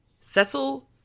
Cecil